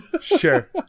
Sure